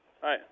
Hi